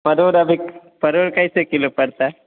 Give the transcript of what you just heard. परवल अभी परवल कैसे किलो पड़ता है